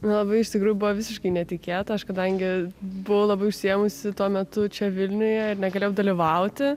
labai iš tikrųjų buvo visiškai netikėta aš kadangi buvau labai užsiėmusi tuo metu čia vilniuje negalėjau dalyvauti